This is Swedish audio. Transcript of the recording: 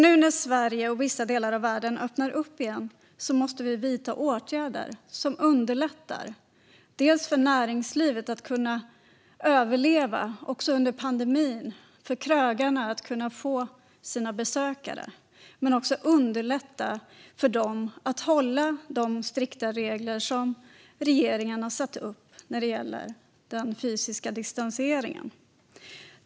Nu när Sverige och vissa delar av världen öppnar upp igen måste vi vidta åtgärder som underlättar för näringslivet att överleva under pandemin och för krögarna att kunna få sina besökare och som också underlättar för dem att hålla på de strikta regler som regeringen har satt upp när det gäller den fysiska distanseringen.